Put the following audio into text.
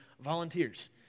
volunteers